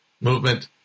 movement